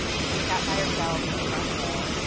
she sat by herself in the front row,